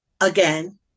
again